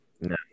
No